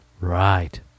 Right